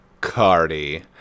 cardi